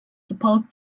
supposed